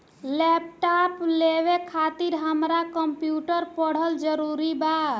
Laptop लेवे खातिर हमरा कम्प्युटर पढ़ल जरूरी बा?